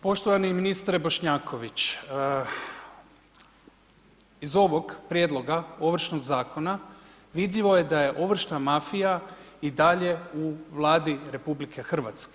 Poštovani ministre Bošnjaković, iz ovog prijedloga Ovršnog zakona vidljivo je da je ovršna mafija i dalje u Vladi RH.